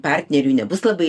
partneriui nebus labai